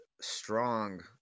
strong